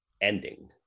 ending